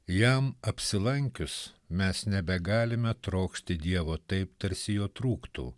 jam apsilankius mes nebegalime trokšti dievo taip tarsi jo trūktų